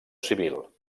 civil